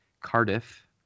Cardiff